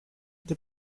the